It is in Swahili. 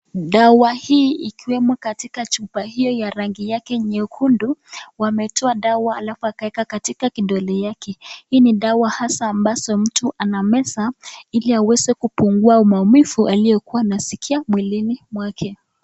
Dawa hii ikiwemo katika chupa hio ya rangi yake nyekundu, wametoa dawa alafu akaweka katika kidole yake. Hii ni dawa hasa ambazo mtu anameza ili aweze kupungua maumivu aliyokuwa anasikia mwilini mwake.